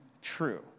true